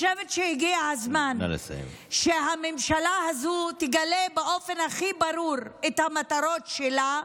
אני חושבת שהגיע הזמן שהממשלה הזו תגלה באופן הכי ברור את המטרות שלה,